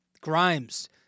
Grimes